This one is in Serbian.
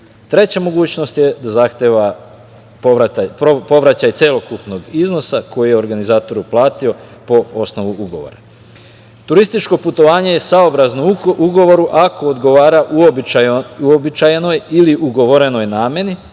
Treća mogućnost je da zahteva povraćaj celokupnog iznosa koji je organizatoru platio po osnovu ugovora. Turističko putovanje je saobrazno ugovoru ako odgovara uobičajenoj ili ugovorenoj nameni,